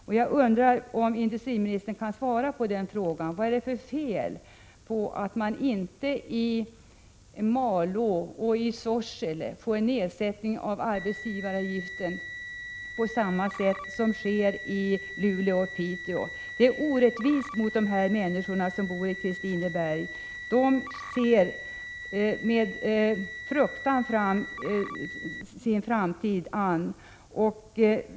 Vad är det för fel, industriministern, på att man i Malå och Sorsele får sänkt arbetsgivaravgift på samma sätt som sker i Luleå och Piteå? Det är orättvist mot de människor som bor i Kristineberg. De ser med fruktan sin framtid an.